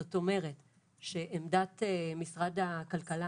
זאת אומרת שעמדת משרד הכלכלה